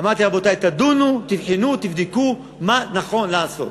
אמרתי: רבותי, תדונו, תבחנו, תבדקו מה נכון לעשות.